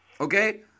Okay